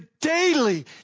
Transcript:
daily